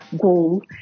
goal